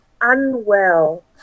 unwell